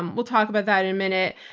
um we'll talk about that in a minute.